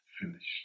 finished